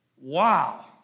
Wow